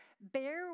Bear